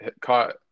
caught